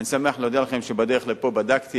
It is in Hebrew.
אני שמח להודיע לכם שבדרך לפה בדקתי,